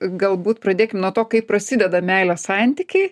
galbūt pradėkim nuo to kai prasideda meilės santykiai